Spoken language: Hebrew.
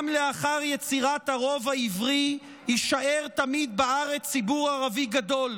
"גם לאחר יצירת הרוב העברי יישאר תמיד בארץ ציבור ערבי גדול.